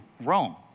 Rome